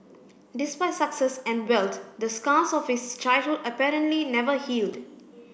despite success and wealth the scars of his childhood apparently never healed